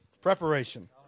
Preparation